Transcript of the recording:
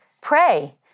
pray